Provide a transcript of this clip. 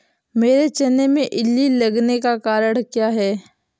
मेरे चने में इल्ली लगने का कारण क्या है?